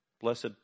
blessed